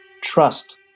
Trust